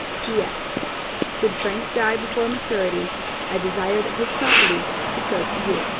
p s should frank die before maturity i desire that his property should go to you.